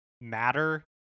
matter